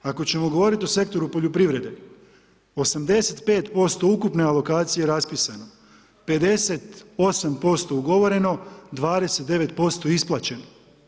Ako ćemo govoriti o sektoru poljoprivrede, 85% ukupne alokacije raspisano je, 58% ugovoreno, 29% isplaćeno.